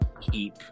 keep